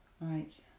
Right